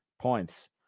points